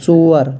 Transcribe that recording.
ژور